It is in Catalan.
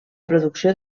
producció